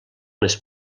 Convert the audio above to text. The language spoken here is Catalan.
les